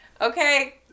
Okay